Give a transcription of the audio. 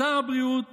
שר הבריאות